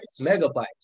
megabytes